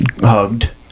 hugged